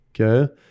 Okay